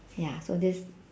ya so this